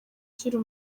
ushyira